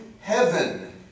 Heaven